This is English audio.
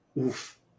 Oof